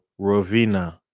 rovina